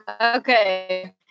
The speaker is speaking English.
Okay